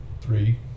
three